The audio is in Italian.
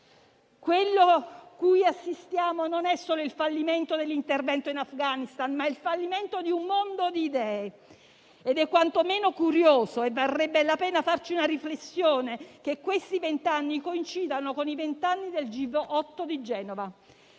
Quello a cui assistiamo non è solo il fallimento dell'intervento in Afghanistan, ma il fallimento di un mondo di idee, ed è quantomeno curioso - e varrebbe la pena farci una riflessione - che questi vent'anni coincidano con i vent'anni del G8 di Genova.